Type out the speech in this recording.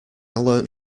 learnt